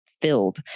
filled